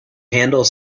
handle